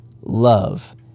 love